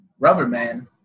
Rubberman